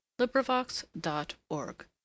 LibriVox.org